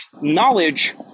knowledge